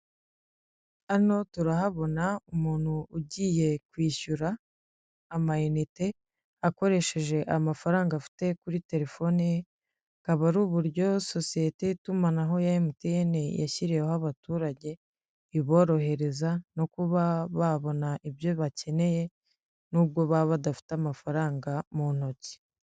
Hano turahabona umuntu ugiye kwishyura amayinite akoresheje amafaranga afite kuri telefone ye. Akaba ari uburyo sosiyete y'itumanaho ya emutiyene yashyiriweho abaturage iborohereza no kuba babona ibyo bakeneye n'ubwo baba badafite amafaranga mu ntoki.